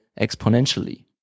exponentially